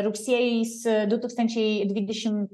rugsėjis du tūkstančiai dvidešim